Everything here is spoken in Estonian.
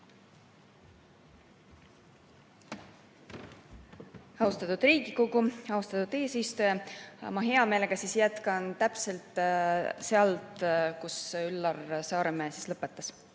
Austatud Riigikogu! Austatud eesistuja! Ma hea meelega jätkan täpselt sealt, kus Üllar Saaremäe lõpetas.